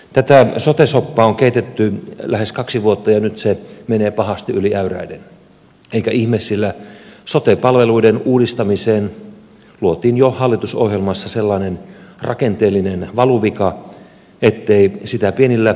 tätä sote soppaa on keitetty lähes kaksi vuotta ja nyt se menee pahasti yli äyräiden eikä ihme sillä sote palveluiden uudistamiseen luotiin jo hallitusohjelmassa sellainen rakenteellinen valuvika ettei sitä pienillä paikkauksilla korjata